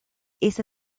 esa